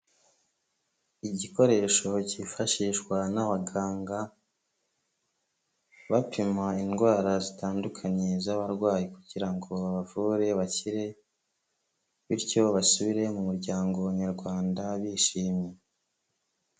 Igikoresho cyifashishwa n'abaganga bapima indwara zitandukanye z'abarwayi kugira ngo babavure bakire bityo basubire mu muryango Nyarwanda bishimye.